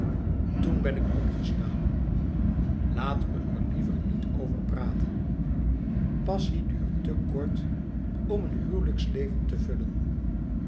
toen ben ik opgestaan laat me er liever niet over praten passie duurt te kort om een huwelijksleven te vullen